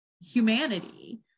humanity